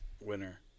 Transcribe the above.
winner